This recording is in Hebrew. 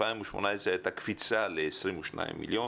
2018 הייתה קפיצה ל-22,000,000,